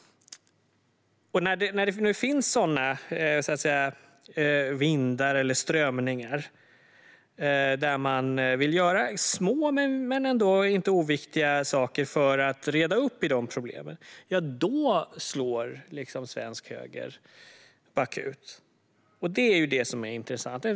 När det nu finns strömningar som vill göra små men inte oviktiga saker för att reda upp dessa problem slår svensk höger bakut, vilket är intressant.